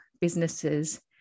businesses